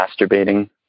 masturbating